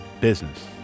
business